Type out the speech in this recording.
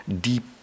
deep